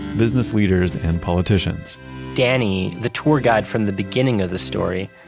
business leaders and politicians danny, the tour guide from the beginning of the story,